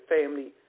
Family